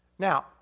Now